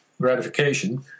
gratification